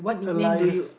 alliance